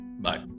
bye